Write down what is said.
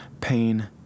pain